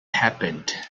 happened